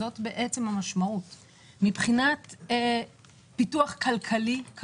מבחינת פיתוח כלכלי.